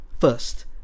First